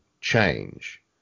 change